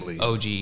OG